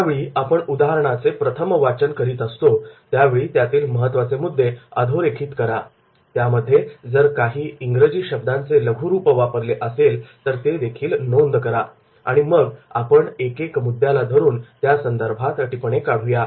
ज्यावेळी आपण उदाहरणाचे प्रथम वाचन करीत असतो त्यावेळी त्यातील महत्त्वाचे मुद्दे अधोरेखित करा त्यामध्ये जर काही इंग्रजी शब्दांचे लघुरूप वापरले असेल तर ते देखील नोंद करा आणि मग आपण एकेक मुद्द्याला धरून त्यासंदर्भातील टिपणे काढूया